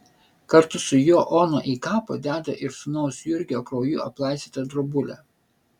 kartu su juo ona į kapą deda ir sūnaus jurgio krauju aplaistytą drobulę